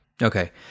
Okay